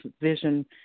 vision